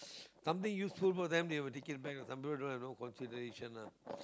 something useful for them they will take it back some people have no consideration lah